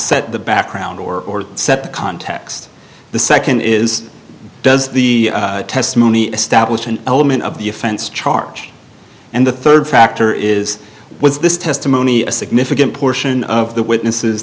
set the background or set the context the second is does the testimony establish an element of the offense charge and the third factor is was this testimony a significant portion of the witness